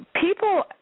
people